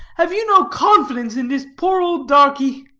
have you no confidence in dis poor ole darkie?